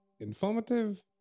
Informative